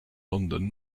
london